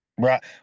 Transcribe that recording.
Right